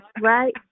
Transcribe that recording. right